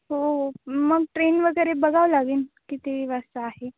हो मग ट्रेन वगैरे बघावं लागेल किती वाजता आहे